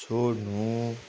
छोड्नु